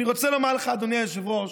אני רוצה לומר לך, אדוני היושב-ראש,